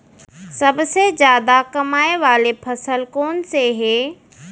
सबसे जादा कमाए वाले फसल कोन से हे?